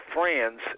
friends